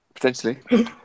potentially